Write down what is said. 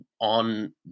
on